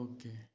Okay